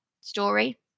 story